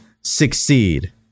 succeed